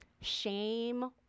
shame